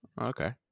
okay